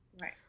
Right